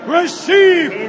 receive